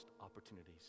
opportunities